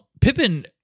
Pippin